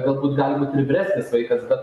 galbūt gali būt ir vyresnis vaikas bet